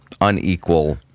unequal